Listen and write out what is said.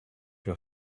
your